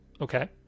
Okay